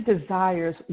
desires